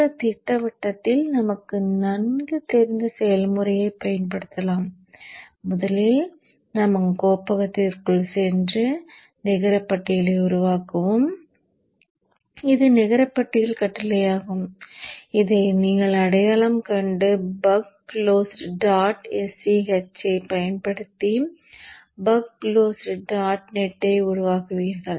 இந்த திட்டவட்டத்தில் நமக்கு நன்கு தெரிந்த செயல்முறையை பயன்படுத்துவோம் முதலில் நாம் அந்த கோப்பகத்திற்குள் சென்று நிகர பட்டியலை உருவாக்குவோம் இது நிகர பட்டியல் கட்டளையாகும் இதை நீங்கள் அடையாளம் கண்டு பக் closed டாட் sch ஐப் பயன்படுத்தி பக் closed டாட் நெட்டை உருவாக்குவீர்கள்